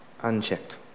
unchecked